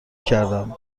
کردماسم